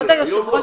כבוד היושב ראש,